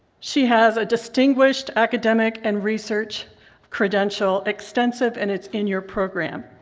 she has a distinguished academic and research credential extensive and it's in your program.